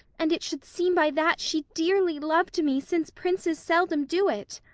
and it should seem by that she dearly lov'd me, since princes seldom do it.